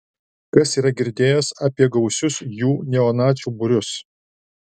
kas yra girdėjęs apie gausius jų neonacių būrius